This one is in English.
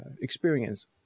experience